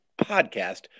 podcast